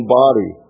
body